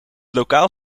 lokaal